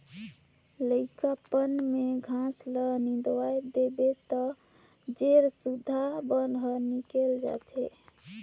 लइकापन में घास ल निंदवा देबे त जेर सुद्धा बन हर निकेल जाथे